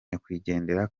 nyakwigendera